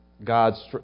God's